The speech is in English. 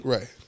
Right